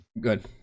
good